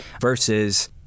Versus